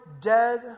dead